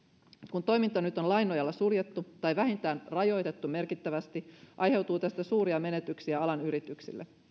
kun toiminta nyt on lain nojalla suljettu tai vähintään rajoitettu merkittävästi aiheutuu tästä suuria menetyksiä alan yrityksille